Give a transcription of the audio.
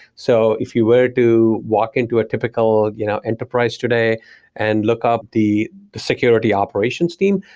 so if you were to walk into a typical you know enterprise today and look up the security operations team,